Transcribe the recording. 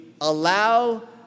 allow